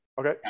Okay